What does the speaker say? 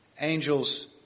Angels